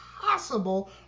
possible